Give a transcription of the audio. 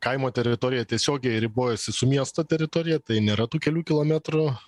kaimo teritorija tiesiogiai ribojasi su miesto teritorija tai nėra tų kelių kilometrų